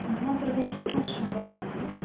मम प्रदेशः शृङ्गगिरिः